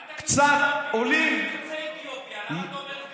לכן, אל תספר לי, זה מה שאמרו לו גם.